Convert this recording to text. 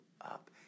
up